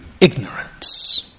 ignorance